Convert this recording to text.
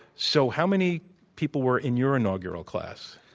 so how many people were in your inaugural class?